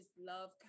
love